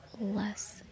less